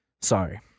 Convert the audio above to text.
Sorry